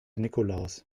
nikolaus